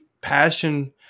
passion